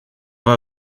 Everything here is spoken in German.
war